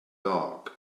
dog